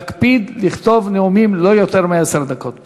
להקפיד לכתוב נאומים של לא יותר מעשר דקות.